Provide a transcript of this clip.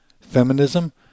feminism